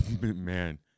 man